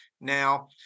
Now